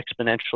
exponentially